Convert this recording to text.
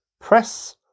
press